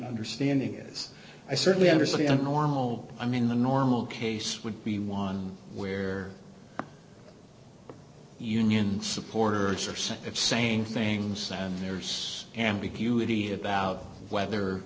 understanding is i certainly understand normal i mean the normal case would be one where union supporters are so if saying things and there's ambiguity about whether